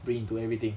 brain into everything